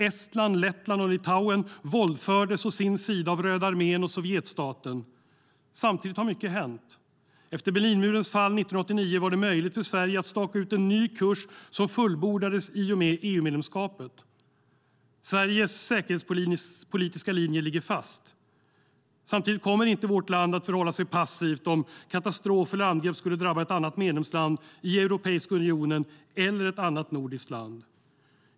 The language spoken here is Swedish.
Estland, Lettland och Litauen våldfördes å sin sida av Röda armén och Sovjetstaten. Samtidigt har mycket hänt. Efter Berlinmurens fall 1989 var det möjligt för Sverige att staka ut en ny kurs som fullbordades i och med EU-medlemskapet. Sveriges säkerhetspolitiska linje ligger fast. Samtidigt kommer vårt land inte att förhålla sig passivt om katastrof eller angrepp skulle drabba ett annat medlemsland i Europeiska unionen eller ett annat nordiskt land.